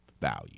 value